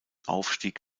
aufstieg